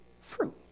fruit